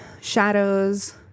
shadows